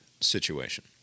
situation